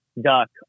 duck